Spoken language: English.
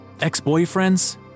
ex-boyfriends